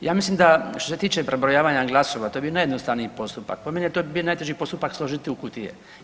Ja mislim što se tiče prebrojavanja glasova to je bio najjednostavniji postupak, po meni to bi bio najteži postupak složiti u kutije.